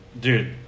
Dude